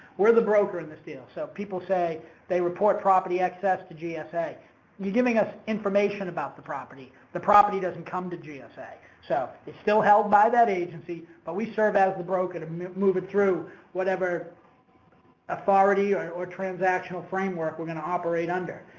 we're the broker in this deal. so, people say they report property access to gsa. you're giving us information about the property. the property doesn't come to gsa. ah so, it's still held by that agency, but we serve as the broker to move it through whatever authority or or transactional framework we're going to operate under.